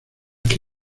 que